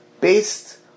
based